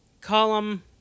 Column